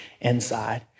inside